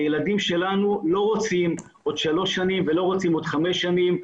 הילדים שלנו לא רוצים עוד שלוש שנים ולא רוצים עוד חמש שנים.